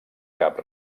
cap